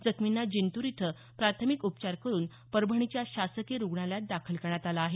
जखमींना जिंतूर इथं प्राथमिक उपचार करुन परभणीच्या शासकीय रुग्णालयात दाखल करण्यात आलं आहे